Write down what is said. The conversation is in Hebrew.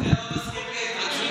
אתה יודע מה מזכירה לי ההתרגשות שלך?